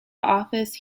office